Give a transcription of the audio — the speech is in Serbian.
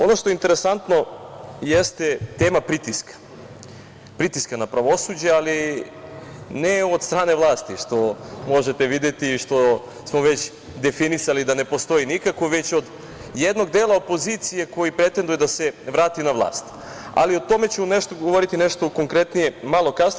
Ono što je interesantno jeste tema pritiska, pritiska na pravosuđe, ali ne od strane vlasti, što možete videti i što smo već definisali da ne postoji nikako, već od jednog dela opozicije koji pretenduje da se vrati na vlast, ali o tome ću govoriti nešto konkretnije malo kasnije.